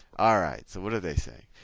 ah right, so what do they say?